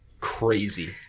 crazy